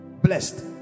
blessed